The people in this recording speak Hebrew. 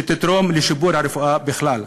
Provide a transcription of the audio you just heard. כי היא שתתרום לשיפור הרפואה בכלל.